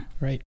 Right